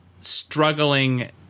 struggling